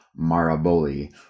Maraboli